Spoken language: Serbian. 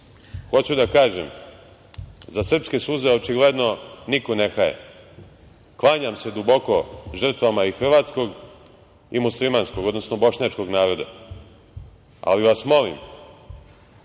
da kažem, za srpske suze očigledno niko ne haje. Klanjam se duboko žrtvama i hrvatskog i muslimanskog, odnosno bošnjačkog naroda, ali vas molim